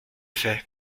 fait